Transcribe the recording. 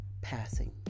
passing